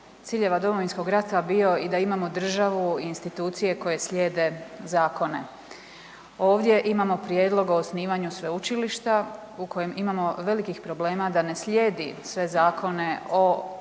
ciljeva Domovinskog rata bio da imamo državu i institucije koje slijede zakone. Ovdje imamo prijedlog o osnivanju sveučilišta u kojem imamo velikih problema da ne slijedi sve zakone o osnivanje